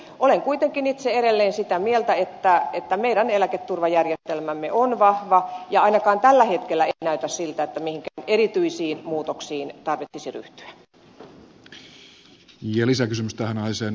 olen kuitenkin itse edelleen sitä mieltä että meidän eläketurvajärjestelmämme on vahva ja ainakaan tällä hetkellä ei näytä siltä että mihinkään erityisiin muutoksiin tarvitsisi ryhtyä